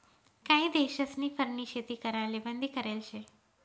काही देशस्नी फरनी शेती कराले बंदी करेल शे